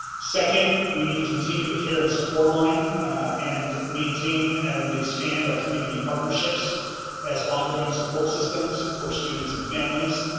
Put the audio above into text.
second, we need to continue the care and support line and maintain and expand our community partnerships as ongoing support systems for students and families.